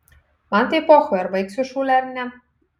man tai pochui ar baigsiu šūlę ar ne